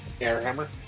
Airhammer